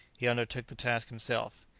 he undertook the task himself.